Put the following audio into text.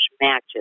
matches